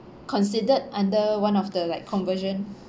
considered under one of the like conversion